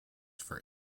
for